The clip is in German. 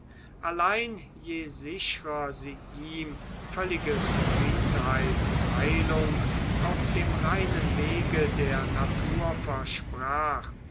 allein je sichrer sie ihm völlige zufriedenheit und heilung auf dem reinen wege der natur versprach